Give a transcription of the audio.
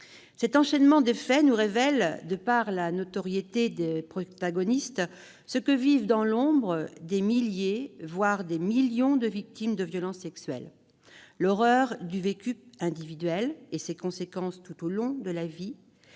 Cet enchaînement de faits révèle, en raison de la notoriété des protagonistes, ce que vivent dans l'ombre des milliers, voire des millions, de victimes de violences sexuelles : l'horreur du drame et ses conséquences tout au long de la vie,